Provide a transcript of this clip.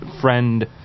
friend